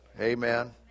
amen